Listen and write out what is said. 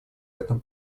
этом